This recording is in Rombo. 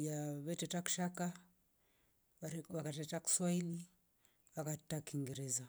Ya veteta kishaka ware wakateta kiswahili wakataa kingereza